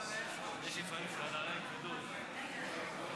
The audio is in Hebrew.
חבריי חברי הכנסת, לגבי החוק הקודם, של